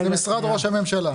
תשימו לב,